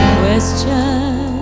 question